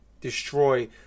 destroy